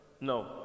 no